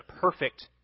perfect